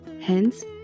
Hence